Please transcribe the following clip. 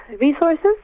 resources